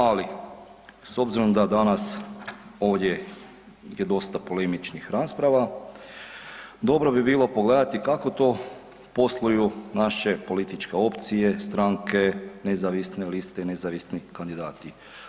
Ali, s obzirom da danas ovdje je dosta polemičnih rasprava, dobro bi bilo pogledati kako to posluju naše političke opcije, stranke, nezavisne liste i nezavisni kandidati.